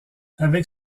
avec